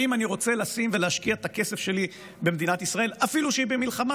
האם אני רוצה לשים ולהשקיע את הכסף שלי במדינת ישראל אפילו שהיא במלחמה,